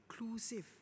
inclusive